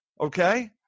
Okay